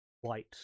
white